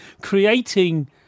creating